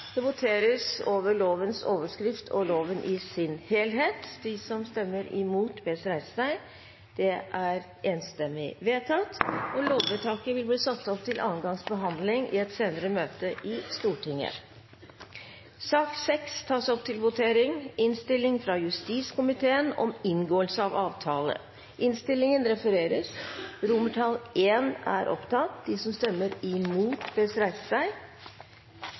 Det voteres over lovens overskrift og loven i sin helhet Lovvedtaket vil bli satt opp til andre gangs behandling i et senere møte i Stortinget. Det foreligger ikke noe referat. Dermed er